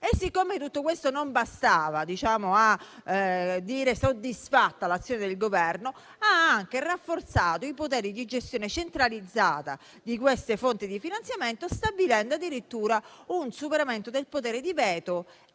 Siccome tutto questo non bastava a soddisfare l'azione del Governo, ha anche rafforzato i poteri di gestione centralizzata di queste fonti di finanziamento, stabilendo addirittura un superamento del potere di veto